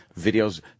videos